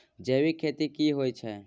जैविक खेती की होए छै?